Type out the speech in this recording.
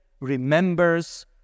remembers